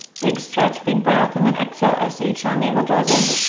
big stretch, big breath. and then exhale, s h sound. navels draws in.